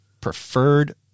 preferred